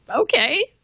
Okay